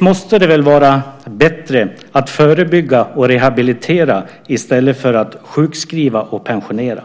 måste det väl vara bättre att förebygga och rehabilitera i stället för att sjukskriva och pensionera.